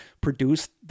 produced